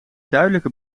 duidelijke